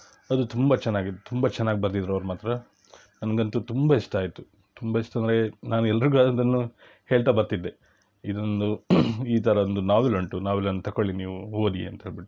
ಅದು ತುಂಬ ಚೆನ್ನಾಗಿತ್ತು ತುಂಬ ಚೆನ್ನಾಗಿ ಬರ್ದಿದ್ರು ಅವ್ರು ಮಾತ್ರ ನನಗಂತೂ ತುಂಬ ಇಷ್ಟ ಆಯಿತು ತುಂಬ ಇಷ್ಟ ಅಂದರೆ ನಾನು ಎಲ್ಲರಿಗೂ ಅದನ್ನು ಹೇಳ್ತಾ ಬರ್ತಿದ್ದೆ ಇದೊಂದು ಈ ಥರ ಒಂದು ನಾವೆಲ್ ಉಂಟು ನಾವೆಲನ್ನ ತಗೊಳ್ಳಿ ನೀವು ಓದಿ ಅಂತ ಹೇಳಿಬಿಟ್ಟು